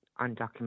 undocumented